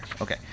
okay